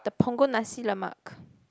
the Punggol Nasi -Lemak